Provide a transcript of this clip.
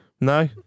no